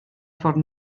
ffordd